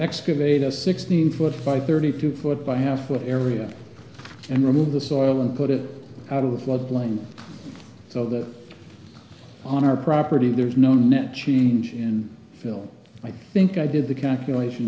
excavate a sixteen foot by thirty two foot by half foot area and remove the soil and put it out of the floodplain so that on our property there's no net change in phil i think i did the calculation